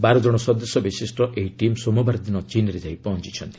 ବାର ଜଣ ସଦସ୍ୟ ବିଶିଷ୍ଟ ଏହି ଟିମ୍ ସୋମବାର ଦିନ ଚୀନ୍ରେ ଯାଇ ପହଞ୍ଚୁଛନ୍ତି